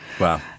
Wow